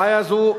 הבעיה הזאת,